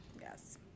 Yes